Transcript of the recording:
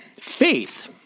faith